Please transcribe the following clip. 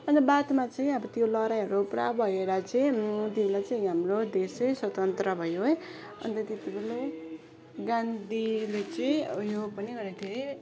अन्त बादमा चाहिँ अब त्यो लडाइहरू पुरा भएर चाहिँ त्यति बेला चाहिँ हाम्रो देश चाहिँ स्वतन्त्र भयो है अन्त त्यति बेलै गान्धीले चाहिँ उयो पनि गरेको थिए है